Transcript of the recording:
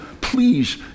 please